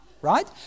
Right